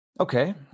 Okay